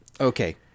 Okay